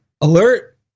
alert